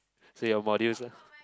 so your modules leh